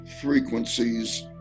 frequencies